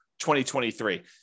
2023